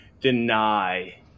deny